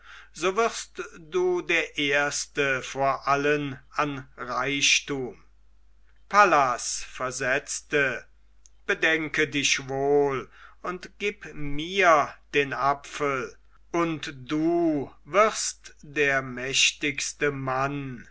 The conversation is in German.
so wirst du der erste vor allen an reichtum pallas versetzte bedenke dich wohl und gib mir den apfel und du wirst der mächtigste mann